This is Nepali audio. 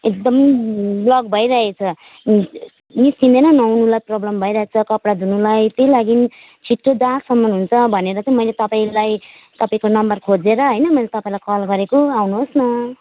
एकदम ब्लक भइरहेछ निस्किँदैन नुहाउनुलाई प्रोब्लम भइरहेछ कपडा धुनुलाई त्यही लागि छिटो जहाँसम्म हुन्छ भनेर चाहिँ मैले तपाईँलाई तपाईँको नम्बर खोजेर होइन मैले तपाईँलाई कल गरेको आउनुहोस् न